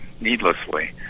needlessly